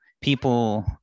people